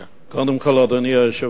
קודם כול, אדוני היושב-ראש,